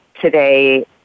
today